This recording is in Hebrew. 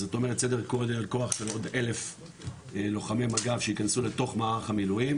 זאת אומרת סדר כוח של עוד 1,000 לחומי מג"ב שייכנסו לתוך מערך המילואים,